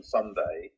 Sunday